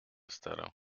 starał